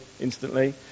instantly